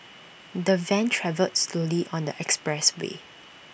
the van travelled slowly on the expressway